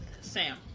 Sam